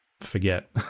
forget